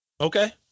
Okay